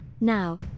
Now